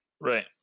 Right